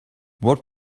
what